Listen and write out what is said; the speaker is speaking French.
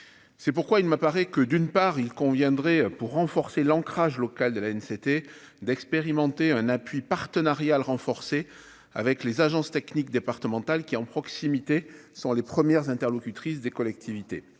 c'est pourquoi il m'apparaît que d'une part, il conviendrait pour renforcer l'ancrage local de la haine, c'était d'expérimenter un appui partenarial renforcé avec les agence technique départementale qui en proximité sont les premières interlocutrice des collectivités